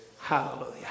Hallelujah